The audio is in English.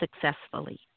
successfully